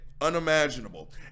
unimaginable